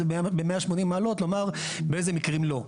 זה ב-180 מעלות ולומר באיזה מקרים לא.